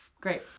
Great